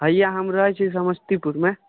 हैयाँ हम रहैत छी समस्तीपुरमे